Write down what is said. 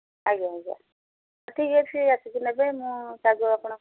ଆଜ୍ଞା ଆଜ୍ଞା ଠିକ୍ ଅଛି ଆସିକି ନେବେ ମୁଁ ଶାଗ ଆପଣ